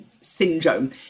syndrome